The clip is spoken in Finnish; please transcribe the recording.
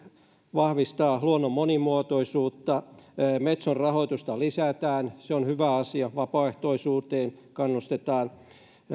vahvistaa luonnon monimuotoisuutta metson rahoitusta lisätään se on hyvä asia vapaaehtoisuuteen kannustetaan